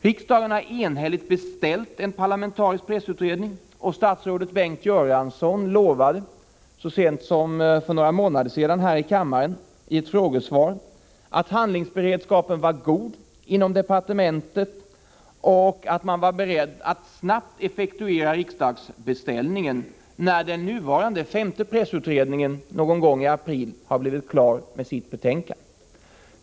Riksdagen har enhälligt beställt en parlamentarisk pressutredning, och statsrådet Bengt Göransson lovade så sent som för några månader sedan i ett frågesvar här i kammaren att handlingsberedskapen var god inom departementet och att man var beredd att snabbt effektuera riksdagsbeställningen, när den nuvarande femte pressutredningen någon gång i april har blivit klar med sitt betänkande.